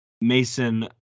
Mason